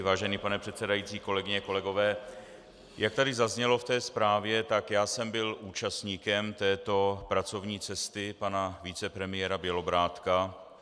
Vážený pane předsedající, kolegyně a kolegové, jak tu zaznělo ve zprávě, tak já jsem byl účastníkem této pracovní cesty pana vicepremiéra Bělobrádka.